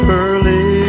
early